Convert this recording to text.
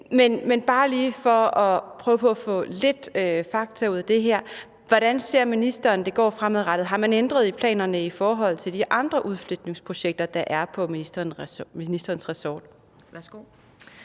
Men bare lige for at prøve at få lidt fakta ud af det her vil jeg spørge, hvordan ministeren ser det gå fremadrettet. Har man ændret i planerne i forhold til de andre udflytningsprojekter, der er på ministerens ressort? Kl.